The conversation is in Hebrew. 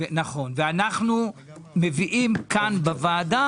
אנחנו מביאים כאן בוועדה